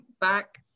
back